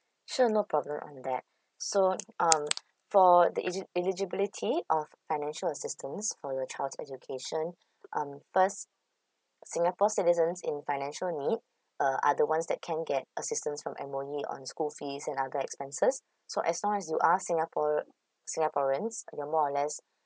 sure no problem on that so um for the eligi~ eligibility of financial assistance for your child's education um first singapore citizens in financial need uh are the ones that can get assistance from M_O_E on school fees and other expenses so as long as you are singapore singaporeans you're more or less